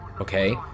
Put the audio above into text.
okay